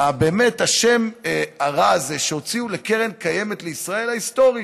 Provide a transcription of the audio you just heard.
השם הרע שהוציאו לקרן קיימת לישראל ההיסטורית.